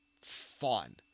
fun